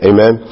Amen